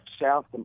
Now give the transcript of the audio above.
South